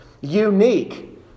unique